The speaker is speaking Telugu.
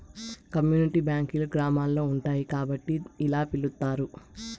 కమ్యూనిటీ బ్యాంకులు గ్రామాల్లో ఉంటాయి కాబట్టి ఇలా పిలుత్తారు